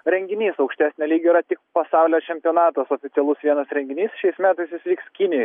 renginys aukštesnio lygio yra tik pasaulio čempionatas oficialus vienas renginys šiais metais jis vyks kinijoj